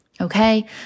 Okay